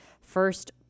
first